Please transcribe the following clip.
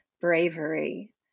bravery